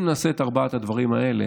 האם נעשה את ארבעת הדברים האלה,